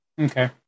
Okay